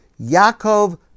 Yaakov